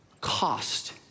Cost